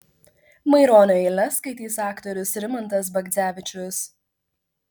maironio eiles skaitys aktorius rimantas bagdzevičius